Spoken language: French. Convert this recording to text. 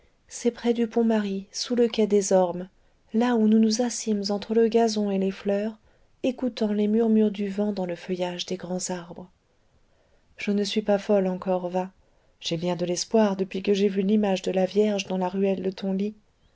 c'est près du pont marie sous le quai des ormes là où nous nous assîmes entre le gazon et les fleurs écoutant les murmures du vent dans le feuillage des grands arbres je ne suis pas folle encore va j'ai bien de l'espoir depuis que j'ai vu l'image de la vierge dans la ruelle de ton lit